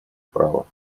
права